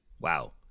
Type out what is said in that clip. Wow